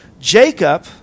Jacob